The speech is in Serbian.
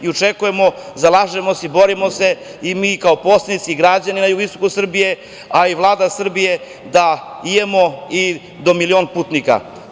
Očekujemo, zalažemo se i borimo se i mi kao poslanici i građani na jugoistoku Srbije, a i Vlada Srbije, da imamo i do milion putnika.